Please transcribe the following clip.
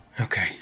Okay